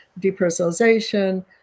depersonalization